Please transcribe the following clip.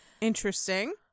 Interesting